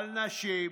על נשים,